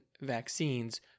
vaccines